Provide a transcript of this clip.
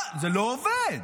זה לא עובד.